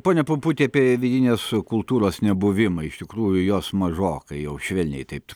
pone pumputi apie vidinės kultūros nebuvimą iš tikrųjų jos mažokai jau švelniai taip